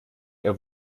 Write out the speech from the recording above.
ihr